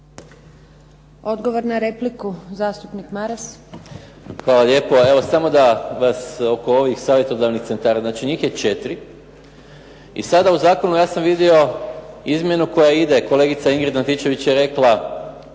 Odgovor na repliku zastupnik Maras. **Maras, Gordan (SDP)** Hvala lijepa. Evo, samo da vas oko ovih savjetodavnih centara. Znači, njih je četiri i sada u zakonu ja sam vidio izmjenu koja ide. Kolegica Ingrid Antičević je rekla